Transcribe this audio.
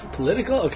political